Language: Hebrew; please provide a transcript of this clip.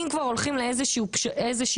אם כבר הולכים לאיזושהי פשרה,